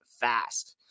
fast